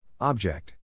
Object